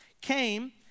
came